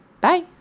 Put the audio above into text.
Bye